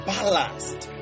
Balanced